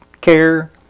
care